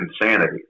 insanity